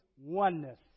oneness